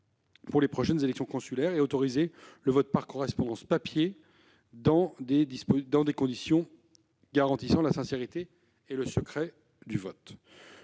-pour les prochaines élections consulaires et autorisé le vote par correspondance sur support papier, dans des conditions garantissant la sincérité et le secret du vote.